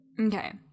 Okay